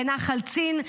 בנחל צין,